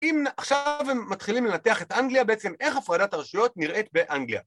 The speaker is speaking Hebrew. אם עכשיו הם מתחילים לנתח את אנגליה בעצם, איך הפרדת הרשויות נראית באנגליה?